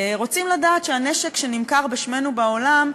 רוצים לדעת שהנשק שנמכר בשמנו בעולם,